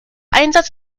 einsatz